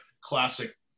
classic